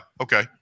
Okay